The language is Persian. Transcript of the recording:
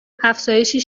افزایشی